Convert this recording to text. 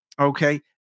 Okay